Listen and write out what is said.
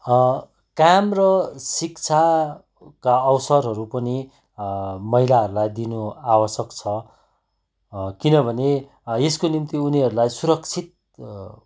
काम र शिक्षाका अवसरहरू पनि महिलाहरूलाई दिनु आवश्यक छ किनभने यसको निम्ति उनीहरूलाई सुरक्षित